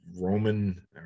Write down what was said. Roman